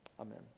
amen